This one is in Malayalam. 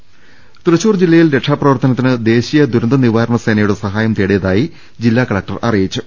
ദർവ്വെട്ടറ തൃശൂർ ജില്ലയിൽ രക്ഷാപ്രവർത്തനത്തിന് ദേശീയ ദുരന്ത നിവാരണ സേനയുടെ സഹായം തേടിയതായി ജില്ലാ കലക്ടർ അറിയിച്ചു